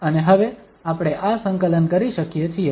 અને હવે આપણે આ સંકલન કરી શકીએ છીએ